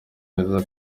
neza